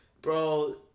Bro